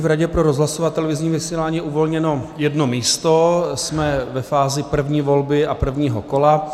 V Radě pro rozhlasové a televizní vysílání je uvolněno jedno místo, jsme ve fázi první volby a prvního kola.